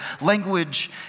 Language